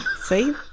See